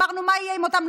אמרנו: מה יהיה עם אותן,